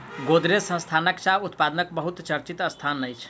गोदरेज संस्थान चाह उत्पादनक बहुत चर्चित संस्थान अछि